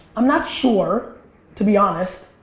i'm not sure to be honest.